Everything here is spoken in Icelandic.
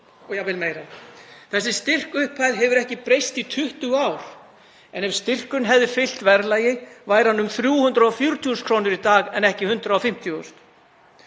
og jafnvel meira. Þessi styrkupphæð hefur ekki breyst í 20 ár en ef styrkurinn hefði fylgt verðlagi væri hann um 340.000 kr. í dag en ekki 150.000.